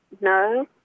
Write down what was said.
no